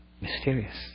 Mysterious